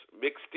mixed